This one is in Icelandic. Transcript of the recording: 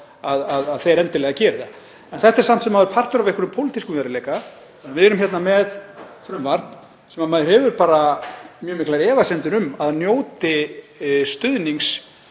að þeir endilega að geri það. En þetta er samt sem áður partur af einhverjum pólitískum veruleika. Við erum hérna með frumvarp sem maður hefur bara mjög miklar efasemdir um að njóti stuðnings